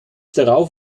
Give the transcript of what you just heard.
darauf